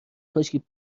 کاشکی